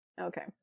Okay